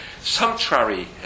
sumptuary